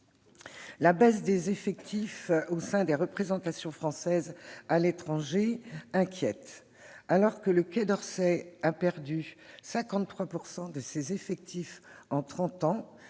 La baisse des effectifs au sein des représentations françaises à l'étranger inquiète. Alors que le Quai d'Orsay a perdu 53 % de ses effectifs en trente